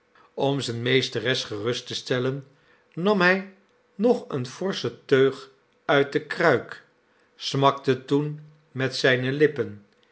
om zijne meesteres gerust te stellen nam hij nog een forschen teug nit de kruik smakte toen met zijne lippen